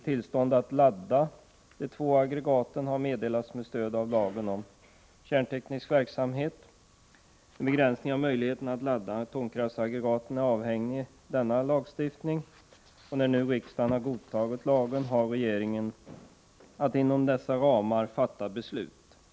Tillstånden att ladda de två aggregaten har meddelats med stöd av lagen om kärnteknisk verksamhet. Begränsningen av möjligheterna att ladda atomkraftaggregat är avhängig av denna lagstiftning, och när nu riksdagen har godtagit lagen har regeringen att inom dessa ramar fatta beslut.